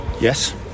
Yes